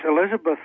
Elizabeth